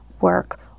work